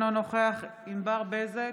אינו נוכח ענבר בזק,